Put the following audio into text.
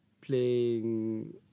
playing